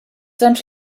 trams